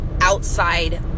outside